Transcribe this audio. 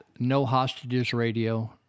nohostagesradio